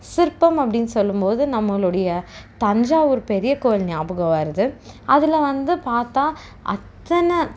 சிற்பம் அப்படின்னு சொல்லும் போது நம்மளுடைய தஞ்சாவூர் பெரியக்கோயில் ஞாபகம் வருது அதில் வந்து பாத்தால் அத்தனை